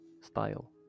style